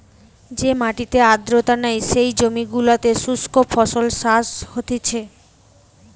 যে মাটিতে আর্দ্রতা নাই, যেই জমি গুলোতে শুস্ক ফসল চাষ হতিছে